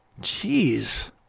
Jeez